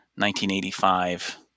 1985